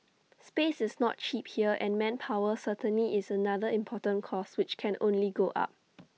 space is not cheap here and manpower certainly is another important cost which can only go up